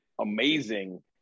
amazing